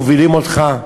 מובילים אותך.